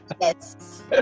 yes